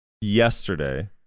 yesterday